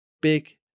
big